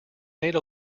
made